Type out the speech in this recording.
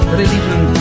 religion